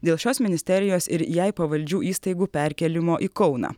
dėl šios ministerijos ir jai pavaldžių įstaigų perkėlimo į kauną